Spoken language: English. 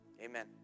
Amen